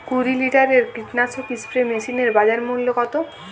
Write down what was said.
কুরি লিটারের কীটনাশক স্প্রে মেশিনের বাজার মূল্য কতো?